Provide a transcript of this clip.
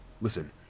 Listen